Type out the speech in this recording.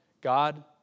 God